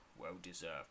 well-deserved